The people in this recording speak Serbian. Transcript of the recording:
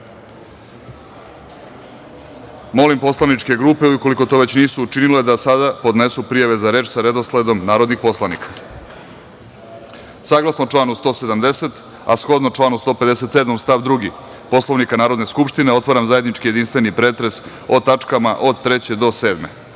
poslaničke grupe, ukoliko to već nisu učinile, da sada podnesu prijave za reč, sa redosledom narodnih poslanika. Saglasno članu 170, a shodno članu 157. stav 2. Poslovnika Narodne skupštine, otvaram zajednički jedinstveni pretres o tač. od 3. do 7.Da